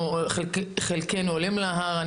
חלקנו כעולים להר,